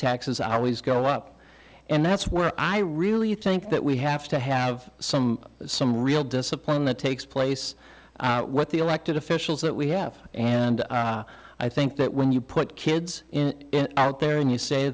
taxes always go up and that's where i really think that we have to have some some real discipline that takes place what the elected officials that we have and i think that when you put kids out there and you say